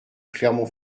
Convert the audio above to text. clermont